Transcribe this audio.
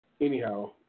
Anyhow